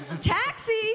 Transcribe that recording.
taxi